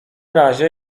razie